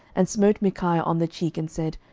and smote micaiah on the cheek, and said,